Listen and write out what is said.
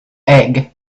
egg